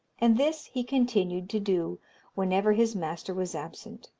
and this he continued to do whenever his master was absent,